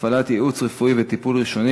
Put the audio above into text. בנושא: הפעלת ייעוץ רפואי וטיפול ראשוני